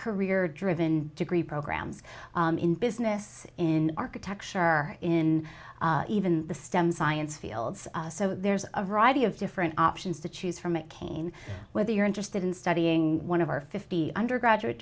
career driven degree programs in business in architecture or in even the stem science fields so there's a variety of different options to choose from a cane whether you're interested in studying one of our fifty undergraduate